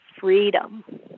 freedom